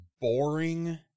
boring